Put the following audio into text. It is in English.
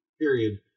period